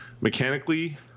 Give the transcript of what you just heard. Mechanically